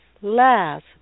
Last